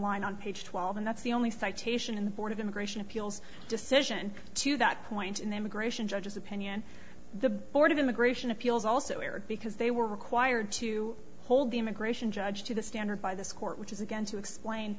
line on page twelve and that's the only citation in the board of immigration appeals decision to that point in the immigration judge's opinion the board of immigration appeals also here because they were required to hold the immigration judge to the standard by this court which is again to explain